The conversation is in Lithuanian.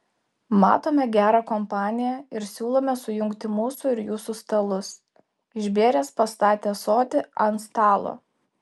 matome gerą kompaniją ir siūlome sujungti mūsų ir jūsų stalus išbėręs pastatė ąsotį ant stalo